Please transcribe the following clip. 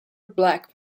black